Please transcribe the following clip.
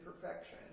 perfection